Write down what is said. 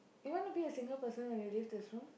you wanna be a single person when you leave this room